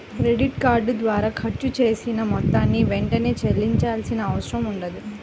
credit card ద్వారా ఖర్చు చేసిన మొత్తాన్ని వెంటనే చెల్లించాల్సిన అవసరం ఉండదు